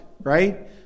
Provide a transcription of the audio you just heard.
right